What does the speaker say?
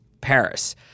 Paris